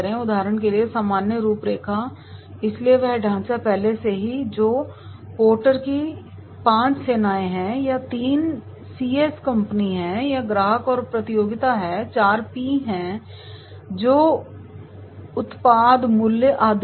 उदाहरण के लिए सामान्य रूपरेखा है इसलिए वह ढांचा पहले से ही है तो पोर्टर की पाँच सेनाएं हैं या तीन सीएस कंपनी ग्राहक और प्रतियोगिता हैं चार पी हैं जो उत्पाद मूल्य आदि हैं